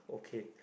okay